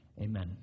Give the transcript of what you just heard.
Amen